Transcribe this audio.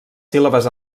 síl·labes